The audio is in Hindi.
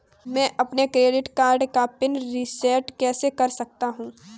मैं अपने क्रेडिट कार्ड का पिन रिसेट कैसे कर सकता हूँ?